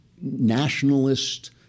nationalist